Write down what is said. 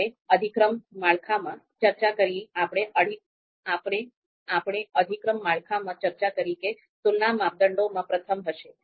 આપણે અધિક્રમ માળખામાં ચર્ચા કરી કે તુલના માપદંડોમાં પ્રથમ હશે